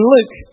Luke